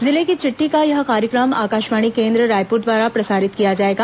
जिले की चिट्ठी का यह कार्यक्रम आकाशवाणी केंद्र रायप्र द्वारा प्रसारित किया जाएगा